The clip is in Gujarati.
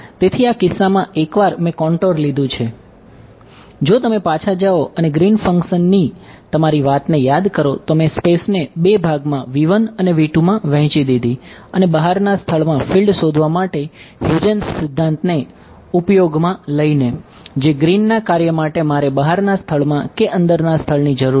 તેથી આ કિસ્સામાં એકવાર મેં કોંટોર લીધું છે જો તમે પાછા જાઓ અને ગ્રીન ફંક્શનની તમારી વાતને યાદ કરો તો મેં સ્પેસને 2 ભાગમાં અને માં વહેંચી દીધી અને બહારના સ્થળમાં ફિલ્ડ શોધવા માટે હ્યુજેન્સ ને ઉપયોગમાં લઈને જે ગ્રીનના કાર્ય માટે મારે બહારના સ્થળમાં કે અંદરના સ્થળની જરૂર છે